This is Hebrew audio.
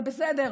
זה בסדר.